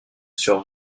sur